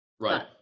Right